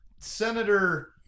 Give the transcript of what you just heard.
Senator